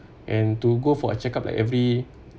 and to go for a check up like every